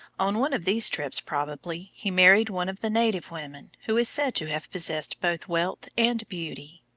on one of these trips, probably, he married one of the native women, who is said to have possessed both wealth and beauty.